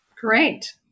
great